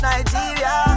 Nigeria